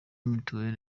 mutuel